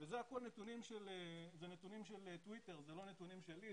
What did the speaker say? אלה נתונים של טוויטר ולא נתונים שלי,